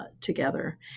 together